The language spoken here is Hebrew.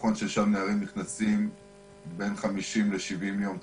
נכון שלשם נערים נכנסים בין 70-50 יום,